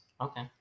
Okay